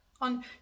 on